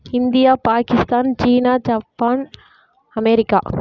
India Pakistan China Japan America